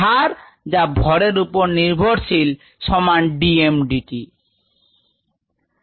একারানে ভরের উপর নির্ভরশীল বৃদ্ধির হার r g সমান d m dt